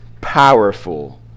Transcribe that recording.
powerful